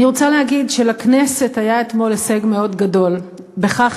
אני רוצה להגיד שלכנסת היה אתמול הישג מאוד גדול בכך